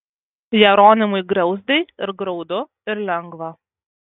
jeronimui griauzdei ir graudu ir lengva